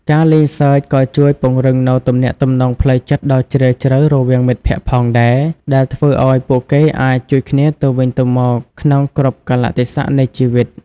ការលេងសើចក៏ជួយពង្រឹងនូវទំនាក់ទំនងផ្លូវចិត្តដ៏ជ្រាលជ្រៅរវាងមិត្តភក្តិផងដែរ ដែលធ្វើឲ្យពួកគេអាចជួយគ្នាទៅវិញទៅមកក្នុងគ្រប់កាលៈទេសៈនៃជីវិត។